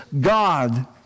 God